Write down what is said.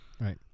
Right